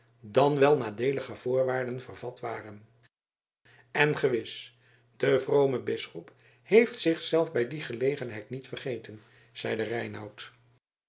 dan wel nadeelige voorwaarden vervat waren en gewis de vrome bisschop heeft zich zelf bij die gelegenheid niet vergeten zeide reinout